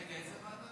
רגע, איזו ועדה?